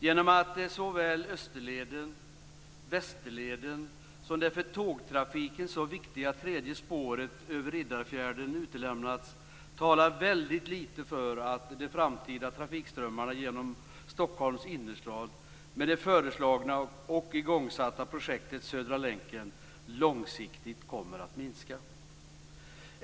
Genom att såväl Österleden och Västerleden som det för tågtrafiken så viktiga tredje spåret över Riddarfjärden utelämnats talar väldigt litet för att de framtida trafikströmmarna genom Stockholms innerstad, med det föreslagna och igångsatta projektet Södra länken, långsiktigt kommer att minska.